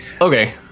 Okay